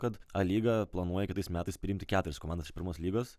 kad a lyga planuoja kitais metais priimti keturias komandas iš pirmos lygos